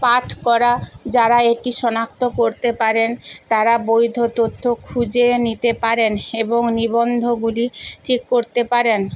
পাঠ করা যারা এটি শনাক্ত করতে পারেন তারা বৈধ তথ্য খুঁজে নিতে পারেন এবং নিবন্ধগুলি ঠিক করতে পারেন